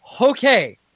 okay